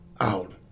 out